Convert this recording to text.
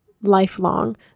lifelong